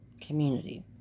community